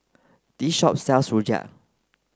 this shop sells Rojak